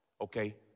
okay